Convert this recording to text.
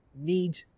need